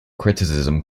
criticism